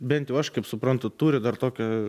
bent jau aš kaip suprantu turi dar tokio